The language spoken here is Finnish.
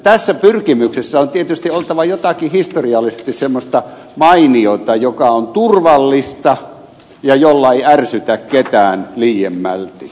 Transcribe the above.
tässä pyrkimyksessä on tietysti oltava jotakin semmoista historiallisesti mainiota joka on turvallista ja jolla ei ärsytä ketään liiemmälti